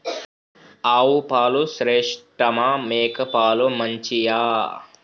ఆవు పాలు శ్రేష్టమా మేక పాలు మంచియా?